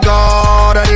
God